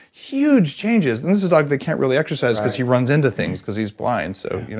huge changes! and this is a dog that can't really exercise because he runs into things because he's blind. so you know